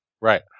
right